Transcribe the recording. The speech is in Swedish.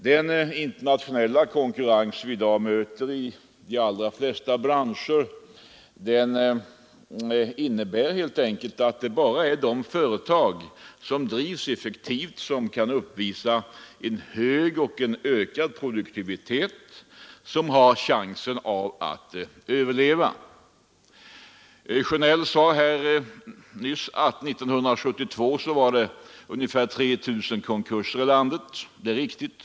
Den internationella konkurrens som vi i dag möter i de allra flesta branscher är helt enkelt så stark att det bara är de företag som drivs effektivt, kan uppvisa en hög och en ökad produktivitet som har chansen att överleva. Herr Sjönell sade nyss att 1972 var det ungefär 3 000 konkurser i landet. Det är riktigt.